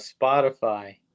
Spotify